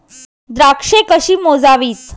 द्राक्षे कशी मोजावीत?